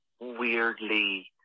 weirdly